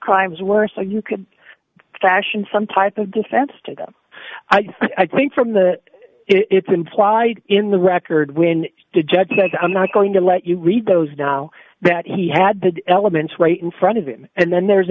crimes were so you could fashion some type of defense to them i think from that it's implied in the record when the judge says i'm not going to let you read those now that he had the elements right in front of him and then there's